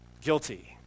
Guilty